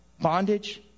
Bondage